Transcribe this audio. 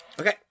Okay